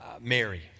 Mary